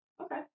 Okay